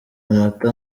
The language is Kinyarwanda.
amata